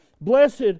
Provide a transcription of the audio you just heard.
Blessed